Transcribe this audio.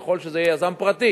ויכול להיות שזה יהיה יזם פרטי.